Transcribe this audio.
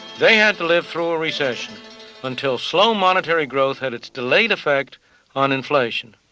they had to live through a recession until slow monetary growth had its delayed effect on inflation.